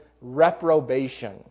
reprobation